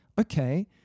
Okay